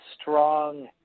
strong